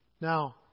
Now